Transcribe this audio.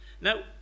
now